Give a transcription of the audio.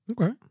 Okay